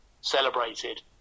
celebrated